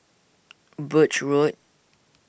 Birch Road